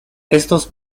estos